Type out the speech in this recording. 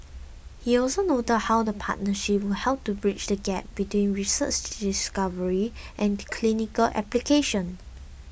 he also noted how the partnership will help bridge the gap between research discovery and clinical application